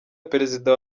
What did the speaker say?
perezida